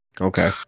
Okay